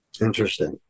Interesting